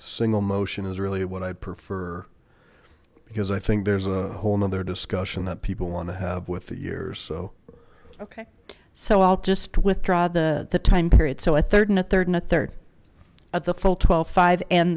single motion is really what i'd prefer because i think there's a whole nother discussion that people want to have with yours so ok so i'll just withdraw the time period so a third and a third and a third at the full twelve five and